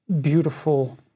beautiful